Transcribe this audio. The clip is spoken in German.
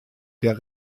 der